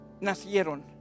nacieron